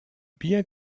bien